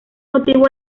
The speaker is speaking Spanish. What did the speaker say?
motivo